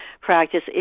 practice